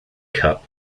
cup